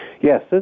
Yes